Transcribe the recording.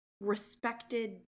respected